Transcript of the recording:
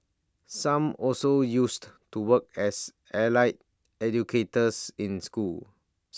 some also used to work as allied educators in schools